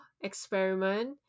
experiment